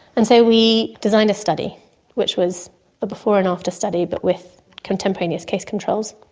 and so we designed a study which was a before and after study but with contemporaneous case controls.